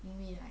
因为 like